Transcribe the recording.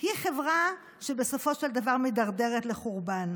היא חברה שבסופו של דבר מידרדרת לחורבן.